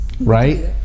Right